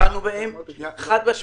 טיפלנו בהם, חד-משמעית.